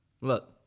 Look